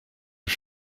was